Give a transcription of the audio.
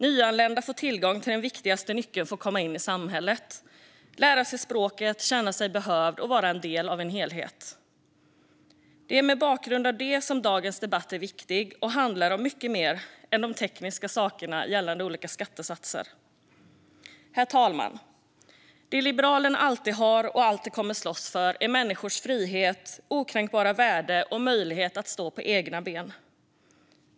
Nyanlända får tillgång till den viktigaste nyckeln för att komma in i samhället, lära sig språket, känna sig behövd och vara en del av en helhet. Det är mot bakgrund av detta som dagens debatt är så viktig och handlar om mycket mer än de tekniska sakerna gällande olika skattesatser. Herr talman! Det som Liberalerna alltid har slagits för och alltid kommer att slåss för är människors frihet, okränkbara värde och möjlighet att stå på egna ben.